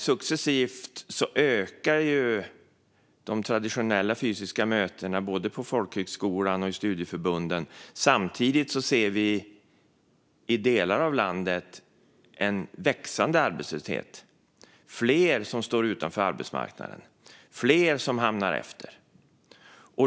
Successivt ökar de traditionella fysiska mötena på både folkhögskolor och studieförbund. Samtidigt ser vi i delar av landet en växande arbetslöshet, med fler som står utanför arbetsmarknaden och fler som hamnar efter.